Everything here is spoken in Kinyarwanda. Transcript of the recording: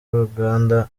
w’uruganda